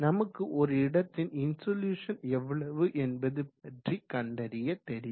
நமக்கு ஒரு இடத்தில் இன்சொலுசன் எவ்வளவு என்பது பற்றி கண்டறிய தெரியும்